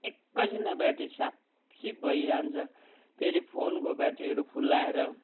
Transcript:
एक्कै छिनमा बेट्री सापसिप भइजान्छ फेरि फोनको ब्याट्रीहरू फुल्लाएर